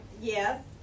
Yes